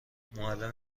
معلم